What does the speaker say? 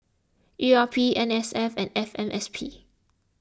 E R P N S F and F M S P